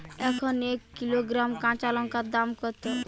এখন এক কিলোগ্রাম কাঁচা লঙ্কার দাম কত?